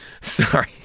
Sorry